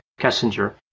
Kessinger